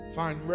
find